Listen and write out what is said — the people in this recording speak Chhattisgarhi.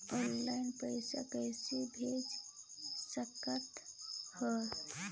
ऑनलाइन पइसा कइसे भेज सकत हो?